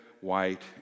white